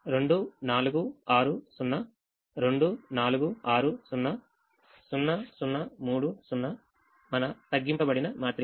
2 4 6 0 2 4 6 0 0 0 3 0 మన తగ్గింపబడిన మాత్రిక